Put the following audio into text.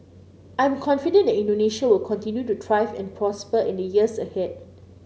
I am confident that Indonesia will continue to thrive and prosper in the years ahead